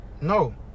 No